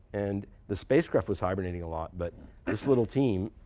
and the spacecraft was hibernating a lot. but this little team,